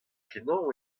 kenañ